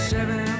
Seven